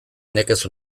nekez